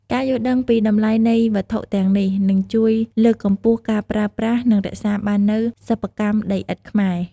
ការយល់ដឹងពីតម្លៃនៃវត្ថុទាំងនេះនឹងជួយលើកកម្ពស់ការប្រើប្រាស់ និងរក្សាបាននូវសិប្បកម្មដីឥដ្ឋខ្មែរ។